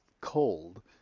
cold